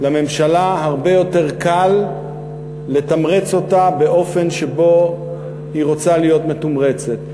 לממשלה הרבה יותר קל לתמרץ אותה באופן שבו היא רוצה להיות מתומרצת.